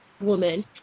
woman